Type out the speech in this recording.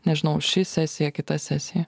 nežinau ši sesija kita sesija